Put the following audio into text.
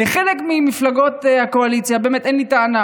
לחלק ממפלגות הקואליציה באמת אין לי טענה,